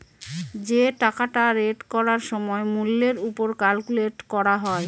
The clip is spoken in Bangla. যে টাকাটা রেট করার সময় মূল্যের ওপর ক্যালকুলেট করা হয়